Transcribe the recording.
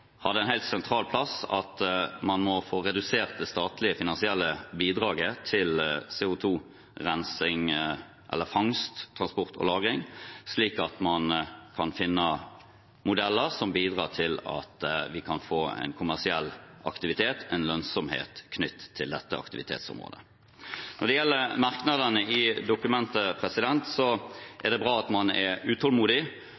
helt sentralt at man må få redusert det statlige finansielle bidraget til CO 2 -rensing eller -fangst, -transport og -lagring, slik at man kan finne modeller som bidrar til at vi kan få en kommersiell aktivitet, en lønnsomhet knyttet til dette aktivitetsområdet. Når det gjelder merknadene i dokumentet,